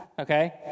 okay